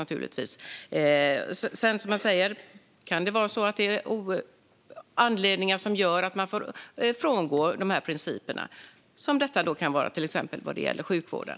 Det kan finnas anledningar som gör att man får frångå de principerna. Det kan till exempel vara detta vad gäller sjukvården.